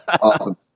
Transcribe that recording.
Awesome